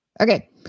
okay